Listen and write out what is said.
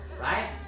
Right